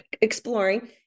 exploring